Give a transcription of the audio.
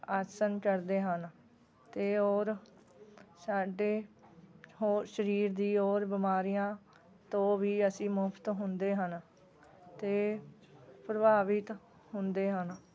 ਆਸਨ ਕਰਦੇ ਹਨ ਅਤੇ ਔਰ ਸਾਡੇ ਹੋਰ ਸਰੀਰ ਦੀ ਔਰ ਬਿਮਾਰੀਆਂ ਤੋਂ ਵੀ ਅਸੀਂ ਮੁਕਤ ਹੁੰਦੇ ਹਨ ਅਤੇ ਪ੍ਰਭਾਵਿਤ ਹੁੰਦੇ ਹਨ